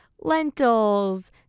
lentils